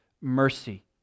mercy